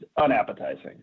unappetizing